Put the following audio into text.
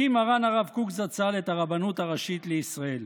הקים מרן הרב קוק זצ"ל את הרבנות הראשית לישראל.